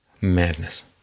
Madness